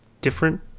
different